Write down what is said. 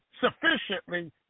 sufficiently